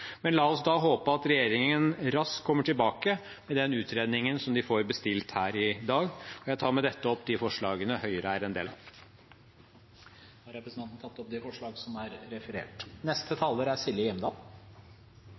Men la oss da håpe at regjeringen raskt kommer tilbake med den utredningen som de får bestilt her i dag. Jeg tar med dette opp de forslagene Høyre er en del av. Representanten Tage Pettersen har tatt opp de forslagene han refererte til. Jeg er